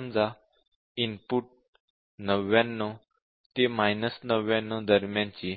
समजा इनपुट 99 आणि 99 दरम्यानची